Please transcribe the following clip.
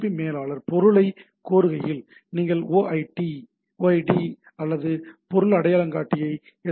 B மேலாளர் பொருளைக் கோருகையில் நீங்கள் ஓஐடீ அல்லது பொருள் அடையாளங்காட்டியை எஸ்